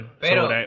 pero